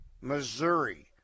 Missouri